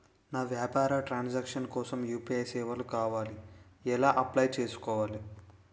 నా వ్యాపార transaction కోసం యు.పి.ఐ సేవలు కావాలి ఎలా అప్లయ్ చేసుకోవాలి?